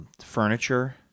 furniture